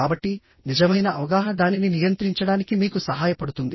కాబట్టి నిజమైన అవగాహన దానిని నియంత్రించడానికి మీకు సహాయపడుతుంది